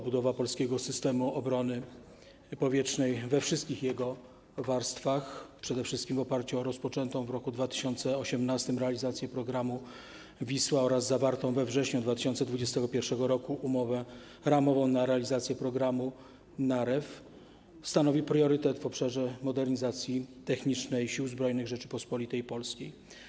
Budowa polskiego systemu obrony powietrznej we wszystkich jego warstwach, przede wszystkim w oparciu o rozpoczętą w roku 2018 realizację programu ˝Wisła˝ oraz zawartą we wrześniu 2021 r. umowę ramową na realizację programu ˝Narew˝, stanowi priorytet w obszarze modernizacji technicznej Sił Zbrojnych Rzeczypospolitej Polskiej.